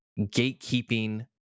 gatekeeping